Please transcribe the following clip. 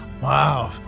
wow